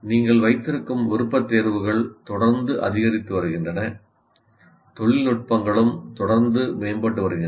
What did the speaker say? நீங்கள் வைத்திருக்கும் விருப்பத்தேர்வுகள் தொடர்ந்து அதிகரித்து வருகின்றன தொழில்நுட்பங்களும் தொடர்ந்து மேம்பட்டு வருகின்றன